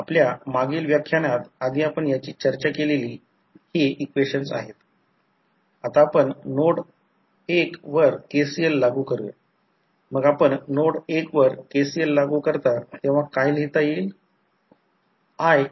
तर जेव्हा कॉलेजच्या पहिल्या वर्षाच्या प्रयोगशाळेत यामधून जाल तेव्हा ओपन ट्रान्सफॉर्मरचे वाइंडिंग आणि कुलिंग छोट्या ट्रान्सफॉर्मरमधील एअर आणि मोठ्या ट्रान्सफॉर्मरमधील ऑईल कुलिंग हा एक मोठा धडा आहे ट्रान्सफॉर्मर्ससाठी इलेक्ट्रिकल इंजिनिअरिंगमध्ये फक्त काही सामान्य कल्पना देण्यासाठी आहे